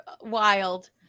wild